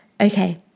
Okay